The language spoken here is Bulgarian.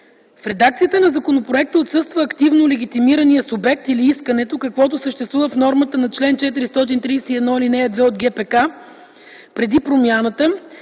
В редакцията на законопроекта отсъства активно легитимираният субект или искането, каквото съществува в нормата на чл. 431, ал. 2 от ГПК преди промяната,